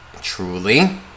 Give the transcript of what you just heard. truly